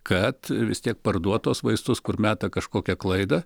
kad vis tiek parduot tuos vaistus kur meta kažkokią klaidą